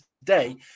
today